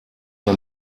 nur